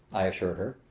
i assured her.